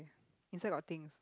inside got things